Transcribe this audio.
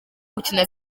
gukina